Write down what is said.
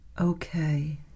Okay